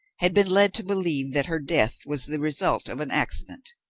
had been led to believe that her death was the result of an accident.